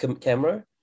camera